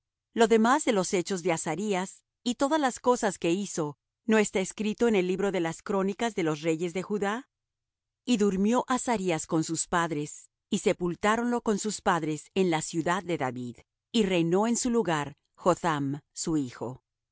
lo demás de los hechos de azarías y todas las cosas que hizo no está escrito en el libro de las crónicas de los reyes de judá y durmió azarías con sus padres y sepultáronlo con sus padres en la ciudad de david y reinó en su lugar jotham su hijo